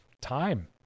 Time